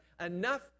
enough